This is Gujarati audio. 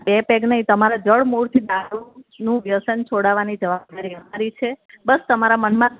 બે પેગ નહીં તમારે જડ મૂળથી દારૂનું વ્યસન છોડાવવાની જવાબદારી અમારી છે બસ તમારા મનમાં